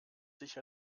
sich